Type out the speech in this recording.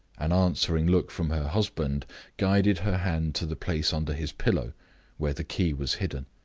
an answering look from her husband guided her hand to the place under his pillow where the key was hidden.